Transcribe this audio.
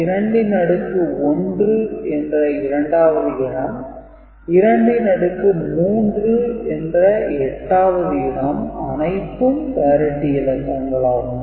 2 ன் அடுக்கு 1 என்ற இரண்டாவது இடம் 2 ன் அடுக்கு 3 என்ற 8 வது இடம் அனைத்தும் parity இலக்கங்கலாகும்